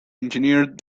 engineered